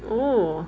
oh